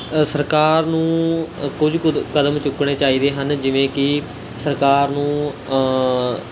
ਸਰਕਾਰ ਨੂੰ ਕੁਝ ਕੁਦ ਕਦਮ ਚੁੱਕਣੇ ਚਾਹੀਦੇ ਹਨ ਜਿਵੇਂ ਕਿ ਸਰਕਾਰ ਨੂੰ